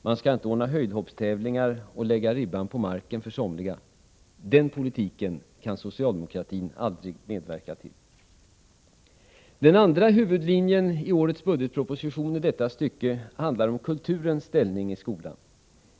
Man skall inte ordna höjdhoppstävlingar och lägga ribban på marken för somliga. Den politiken kan socialdemokratin aldrig medverka till. Den andra huvudlinjen i årets budgetproposition i detta stycke handlar om kulturens ställning i skolan.